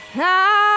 now